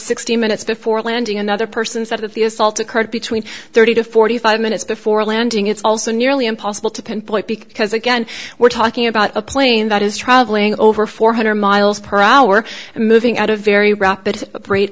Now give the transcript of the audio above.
sixty minutes before landing another person is that of the assault occurred between thirty to forty five minutes before landing it's also nearly impossible to pinpoint because again we're talking about a plane that is traveling over four hundred miles per hour and moving at a very rapid rate